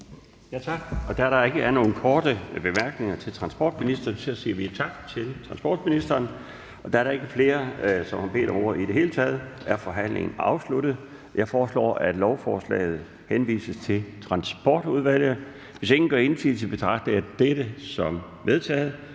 Tak. Da der ikke er nogen korte bemærkninger til transportministeren, siger vi tak til transportministeren. Da der ikke er flere, der har bedt om ordet i det hele taget, er forhandlingen afsluttet. Jeg foreslår, at lovforslaget henvises til Transportudvalget. Hvis ingen gør indsigelse, betragter jeg dette som vedtaget.